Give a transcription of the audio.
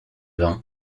l’un